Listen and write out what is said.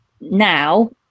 now